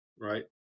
right